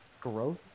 growth